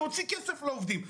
להוציא כסף לעובדים.